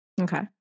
Okay